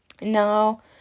Now